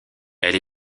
elle